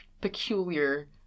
peculiar